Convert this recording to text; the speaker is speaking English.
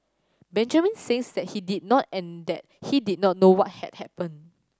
Benjamin says that he did not and that he did not know what had happened